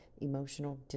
emotional